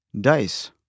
dice